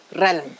realm